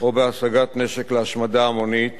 או בהשגת נשק להשמדה המונית